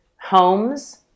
homes